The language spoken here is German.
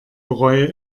bereue